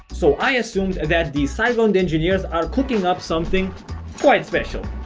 so, i assumed that the siteground engineers are cooking up something quite special.